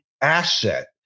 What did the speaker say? asset